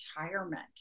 retirement